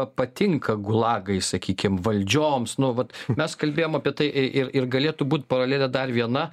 patinka gulagai sakykim valdžioms nu vat mes kalbėjom apie tai ir ir galėtų būt paralelė dar viena